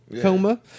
Coma